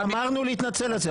גמרנו להתנצל על זה.